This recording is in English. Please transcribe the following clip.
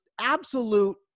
absolute